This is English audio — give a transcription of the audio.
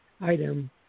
item